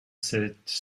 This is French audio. cette